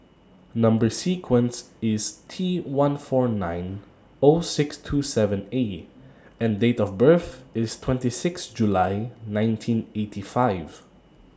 Number sequence IS T one four nine O six two seven A and Date of birth IS twenty six July nineteen eighty five